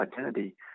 identity